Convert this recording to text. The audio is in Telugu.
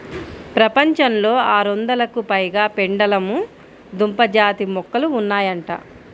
ప్రపంచంలో ఆరొందలకు పైగా పెండలము దుంప జాతి మొక్కలు ఉన్నాయంట